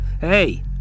Hey